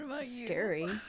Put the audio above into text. scary